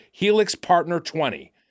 HELIXPARTNER20